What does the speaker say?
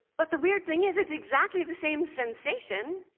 but the weird thing is, it's exactly the same sensation,